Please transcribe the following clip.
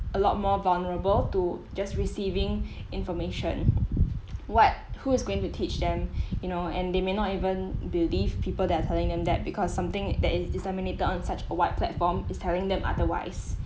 a lot more vulnerable to just receiving information what who is going to teach them you know and they may not even believe people they're telling them that because something that is disseminated on such a wide platform is telling them otherwise